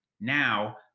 Now